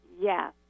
yes